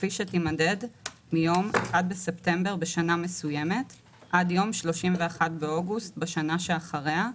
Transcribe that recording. כפי שתימדד מיום 1 בספטמבר בשנה מסוימת עד יום 31 באוגוסט בשנה שאחריה,